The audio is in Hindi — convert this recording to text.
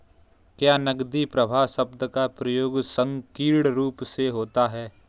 क्या नकदी प्रवाह शब्द का प्रयोग संकीर्ण रूप से होता है?